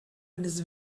eines